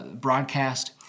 broadcast